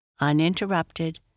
uninterrupted